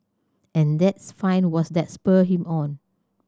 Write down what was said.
and that's find what's that spurred him on